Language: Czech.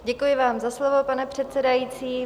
Děkuji vám za slovo, pane předsedající.